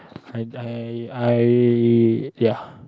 I I I ya